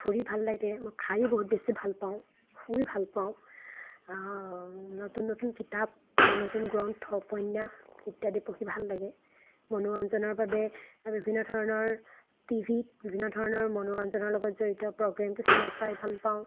ফুৰি ভাল লাগে মই খাইও বহু বেছি ভাল পাওঁ শুই ভাল পাওঁ নতুন নতুন কিতাপ বা নতুন গ্ৰন্থ উপন্যাস ইত্যাদি পঢ়ি ভাল লাগে মনোৰঞ্জনৰ বাবে বিভিন্ন ধৰণৰ টিভিত বিভিন্ন ধৰণৰ মনোৰঞ্জনৰ লগত জড়িত প্ৰগ্ৰেম কিছুমান চাই ভাল পাওঁ